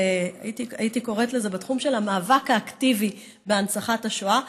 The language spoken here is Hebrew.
הייתי קוראת לזה תחום המאבק האקטיבי בהכחשת השואה.